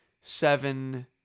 seven